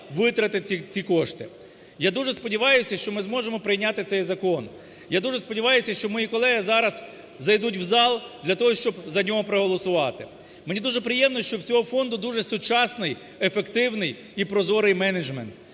витратити ці кошти. Я дуже сподіваюся, що ми зможемо прийняти закон. Я дуже сподіваюся, що мої колеги зараз зайдуть в зал для того, щоб за нього проголосувати. Мені дуже приємно, що в цього фонду дуже сучасний, ефективний і прозорий менеджмент.